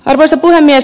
arvoisa puhemies